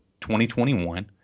2021